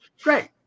Great